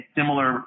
similar